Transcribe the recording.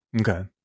Okay